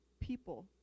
people